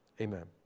Amen